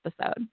episode